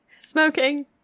smoking